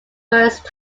first